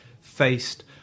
faced